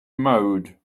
mode